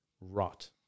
rot